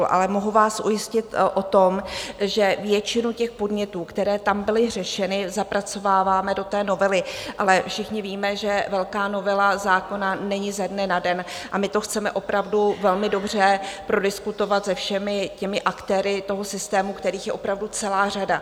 Ale mohu vás ujistit o tom, že většinu těch podnětů, které tam byly řešeny, zapracováváme do té novely, ale všichni víme, že velká novela zákona není ze dne na den, a my to chceme opravdu velmi dobře prodiskutovat se všemi těmi aktéry toho systému, kterých je opravdu celá řada.